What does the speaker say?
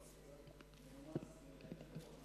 נאום אדיר.